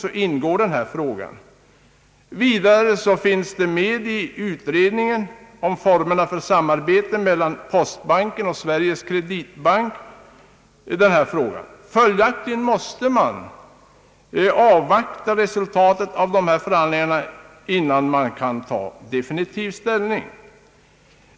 Vidare har denna fråga tagits upp i ut redningen om formerna för samarbete mellan postbanken och Sveriges kreditbank. Följaktligen måste man avvakta resultaten av dessa förhandlingar, innan definitiv ställning kan tas.